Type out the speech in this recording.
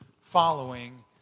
following